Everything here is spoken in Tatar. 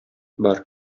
бар